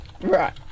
Right